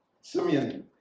Simeon